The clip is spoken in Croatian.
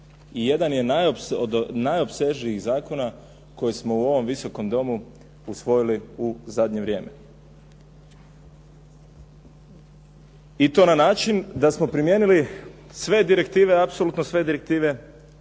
I jedan je od najopsežnijih zakona koji smo u ovom Visokom domu koji smo usvojili u zadnje vrijeme. I to na način da smo primijenili sve direktive, apsolutno sve direktive